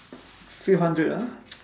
few hundred ah